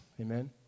Amen